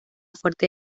fuerte